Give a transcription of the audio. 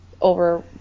over